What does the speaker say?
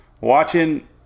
Watching